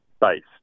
based